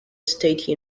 state